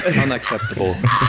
Unacceptable